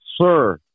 Sir